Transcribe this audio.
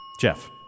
Jeff